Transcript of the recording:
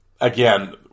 again